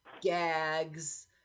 gags